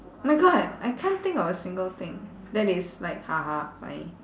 my god I can't think of a single thing that is like ha ha funny